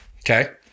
Okay